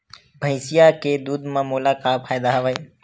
भैंसिया के दूध म मोला का फ़ायदा हवय?